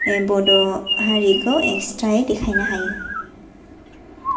हारिखौ इक्सट्रायै देखायनो हायो